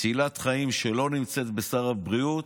מצילת חיים שלא נמצאת בסל הבריאות,